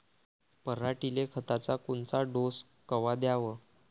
पऱ्हाटीले खताचा कोनचा डोस कवा द्याव?